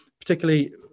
particularly